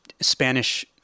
Spanish –